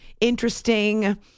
interesting